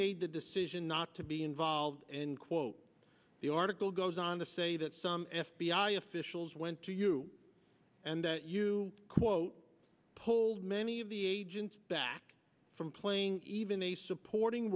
made the decision not to be involved and quote the article goes on to say that some f b i officials went to you and that you quote pulled many of the agents back from playing even a supporting